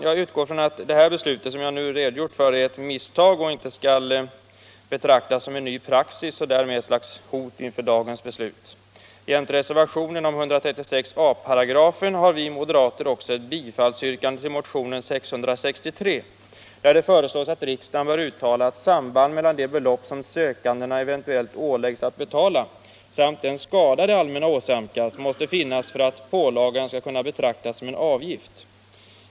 Jag utgår från att det här beslutet, som jag nu redogjort för, är ett misstag och inte skall betraktas som en ny praxis och därmed ett slags hot inför dagens beslut. Jämte reservationen om 136 a § har vi moderater också ett bifallsyrkande till motionen 663, där det föreslås att riksdagen skall uttala att samband mellan de belopp som sökandena eventuellt åläggs att betala samt den skada det allmänna åsamkas måste finnas för att pålagan skall kunna betraktas som en avgift.